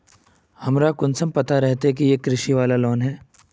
हमरा कुंसम पता रहते की इ कृषि वाला लोन है?